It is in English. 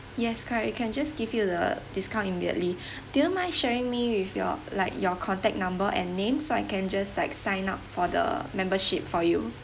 yes correct you can just give you the discount immediately do you mind sharing me with your like your contact number and name so I can just like sign up for the membership for you